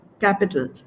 capital